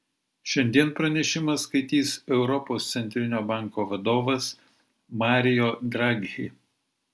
šiandien pranešimą skaitys europos centrinio banko vadovas mario draghi